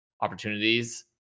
opportunities